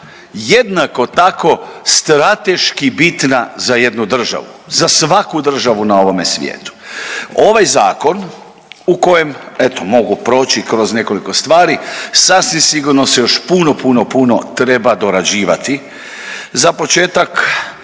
jednako tako strateški bitna za jednu državu, za svaku državu na ovome svijetu. Ovaj zakon u kojem eto mogu proći kroz nekoliko stvari sasvim sigurno se još puno, puno treba dorađivati. Za početak